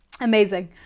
amazing